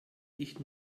ich